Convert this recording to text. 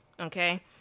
okay